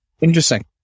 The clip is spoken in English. Interesting